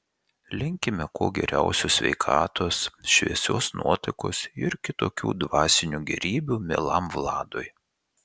linkime kuo geriausios sveikatos šviesios nuotaikos ir kitokių dvasinių gėrybių mielam vladui